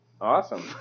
Awesome